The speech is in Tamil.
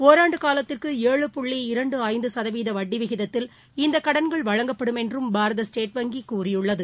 ஒராண்டுகாலத்திற்கு ஏழு புள்ளி இரண்டுஐந்துசதவீதவட்டிவிகிதத்தில் இந்தகடன்கள் வழங்கப்படும் என்றும் பாரத ஸ்டேட் வங்கிகூறியுள்ளது